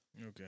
Okay